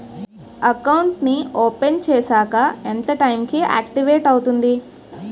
Account నీ open చేశాక ఎంత టైం కి ఆక్టివేట్ అవుతుంది?